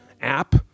app